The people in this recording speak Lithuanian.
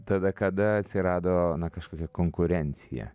tada kada atsirado kažkokia konkurencija